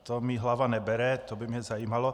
To mi hlava nebere, to by mě zajímalo.